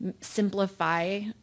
simplify